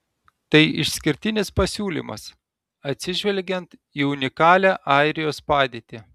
tai išskirtinis pasiūlymas atsižvelgiant į unikalią airijos padėtį